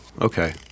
Okay